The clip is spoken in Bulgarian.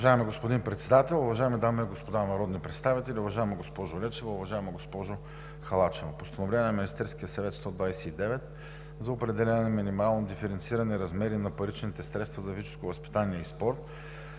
Уважаеми господин Председател, уважаеми дами и господа народни представители! Уважаема госпожо Лечева, уважаема госпожо Халачева, Постановление на Министерския съвет № 129 за определяне на минимални диференцирани размери на паричните средства за физическо възпитание и спорт,